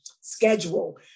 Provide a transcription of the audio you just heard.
schedule